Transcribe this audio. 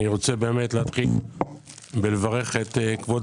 אני רוצה באמת להתחיל בלברך את כבוד